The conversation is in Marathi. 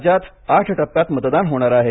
राज्यात आठ टप्प्यात मतदान होणार आहे